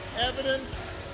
evidence